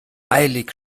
eilig